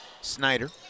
Snyder